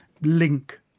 link